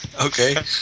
Okay